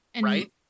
right